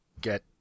get